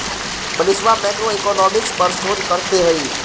मनीषवा मैक्रोइकॉनॉमिक्स पर शोध करते हई